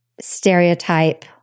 stereotype